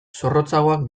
zorrotzagoak